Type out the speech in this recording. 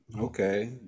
Okay